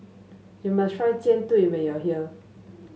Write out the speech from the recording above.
you must try Jian Dui when you are here